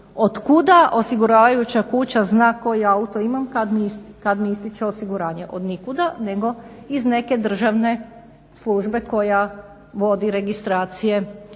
otkuda osiguravajuća kuća zna koji ja auto imam, kad mi ističe osiguranje. Od nikuda nego iz neke državne službe koja vodi registracije